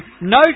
No